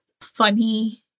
funny